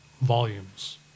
volumes